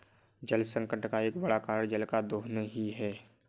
जलसंकट का एक बड़ा कारण जल का दोहन ही है